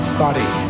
body